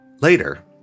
Later